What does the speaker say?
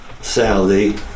Saudi